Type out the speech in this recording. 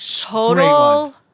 Total